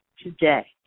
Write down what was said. today